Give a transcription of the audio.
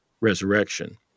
resurrection